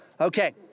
okay